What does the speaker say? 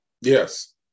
Yes